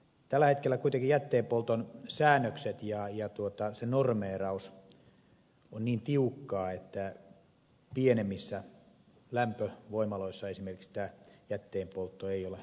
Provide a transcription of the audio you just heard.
tällä hetkellä kuitenkin jätteenpolton säännökset ja se normeeraus on niin tiukkaa että pienemmissä lämpövoimaloissa esimerkiksi tämä jätteenpoltto ei ole mahdollista